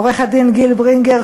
עורך-הדין גיל ברינגר,